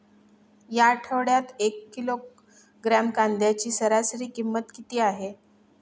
या आठवड्यात एक किलोग्रॅम कांद्याची सरासरी किंमत किती आहे?